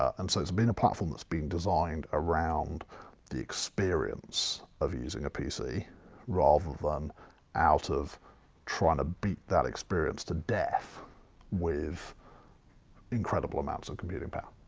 and so it's been a platform that's been designed around the experience of using a pc rather than out of trying to beat that experience to death with incredible amounts of computing power.